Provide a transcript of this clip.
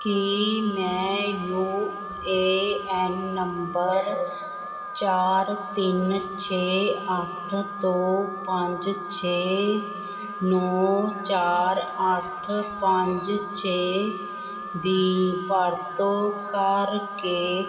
ਕੀ ਮੈਂ U A N number ਚਾਰ ਤਿੰਨ ਛੇ ਅੱਠ ਦੋ ਪੰਜ ਛੇ ਨੌ ਚਾਰ ਅੱਠ ਪੰਜ ਛੇ ਦੀ ਵਰਤੋਂ ਕਰਕੇ